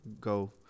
go